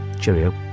Cheerio